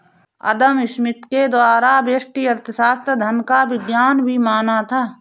अदम Smith के द्वारा व्यष्टि अर्थशास्त्र धन का विज्ञान भी माना था